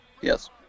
Yes